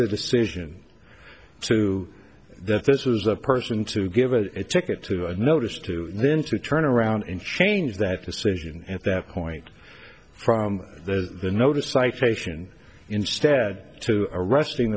the decision to that this was the person to give a ticket to a notice to then to turn around and change that decision at that point from the notice citation instead to arresting